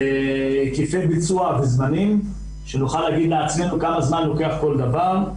היקפי ביצוע וזמנים שנוכל לומר לעצמנו כמה זמן לוקח כל דבר,